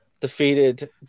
defeated